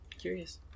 curious